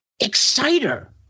Exciter